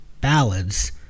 ballads